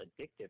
Addictive